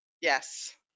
Yes